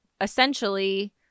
essentially